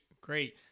great